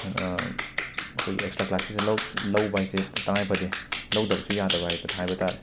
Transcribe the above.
ꯑꯩꯈꯣꯏꯒꯤ ꯑꯦꯛꯁꯇ꯭ꯔꯥ ꯀ꯭ꯂꯥꯁꯦꯁꯦ ꯂꯧ ꯂꯧꯕ ꯍꯥꯏꯁꯦ ꯇ ꯇꯉꯥꯏ ꯐꯗꯦ ꯂꯧꯗꯕꯁꯨ ꯌꯥꯗꯕ ꯍꯥꯏ ꯍꯥꯏꯕ ꯇꯥꯔꯦ